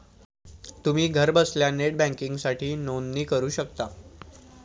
तुम्ही घरबसल्या नेट बँकिंगसाठी नोंदणी करू शकता